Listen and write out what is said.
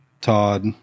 Todd